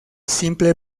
simple